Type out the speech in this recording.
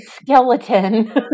skeleton